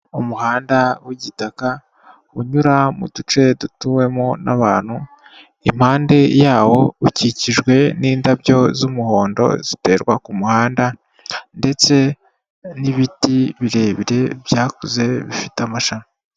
Umuhanda w'igitaka unyura mu duce dutuwemo n'abantu impande yawo ukikijwe n'indabyo z'umuhondo ziterwa ku muhanda ndetse n'ibiti birebire byakuze bifite amashami.